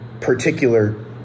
particular